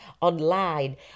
online